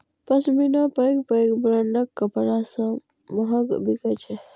पश्मीना पैघ पैघ ब्रांडक कपड़ा सं महग बिकै छै